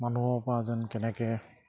মানুহৰ পৰা যেন কেনেকে